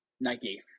Nike